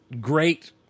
great